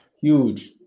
Huge